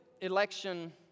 election